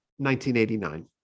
1989